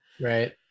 Right